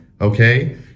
Okay